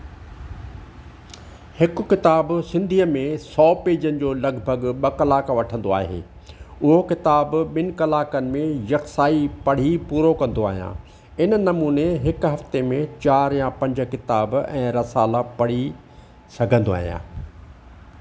हिकु किताबु सिंधीअ में सौ पेजनि जो लॻभॻि ॿ कलाक वठंदो आहे उहो किताबु ॿिनि कलाकनि में यकसाई पढ़ी पूरो कंदो आहियां इन नमूने हिक हफ़्ते में चारि या पंज किताब ऐं रसाला पढ़ी सघंदो आहियां